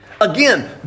again